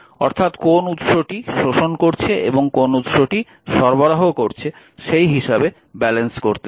অর্থাৎ কোন উৎসটি শোষণ করছে এবং কোন উৎসটি সরবরাহ করছে সেই হিসাবে ব্যালেন্স করতে হবে